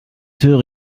höre